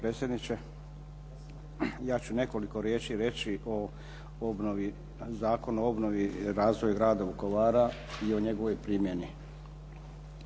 Ja ću nekoliko riječi reći o obnovi Zakona o obnovi razvoja grada Vukovara i o njegovoj primjeni.